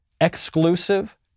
exclusive